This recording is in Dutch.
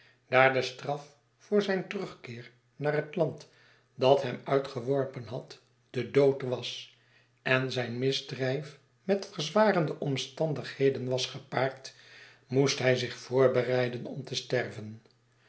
de straf voor zijn terugkeer naar het land dat hem uitgeworpen had de dood was en zijn misdrijf met verzwarende omstandigheden was gepaard moest hij zich voorbereiden om te sterven